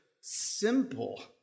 simple